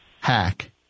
Hack